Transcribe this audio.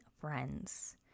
friends